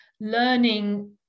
learning